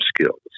skills